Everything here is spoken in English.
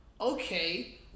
Okay